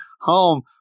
home